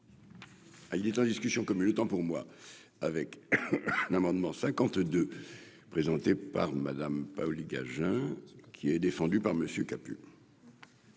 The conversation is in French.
Il est en discussion commune le temps pour moi avec un amendement 52 présenté par Madame Paoli-Gagin qui est défendu par Monsieur.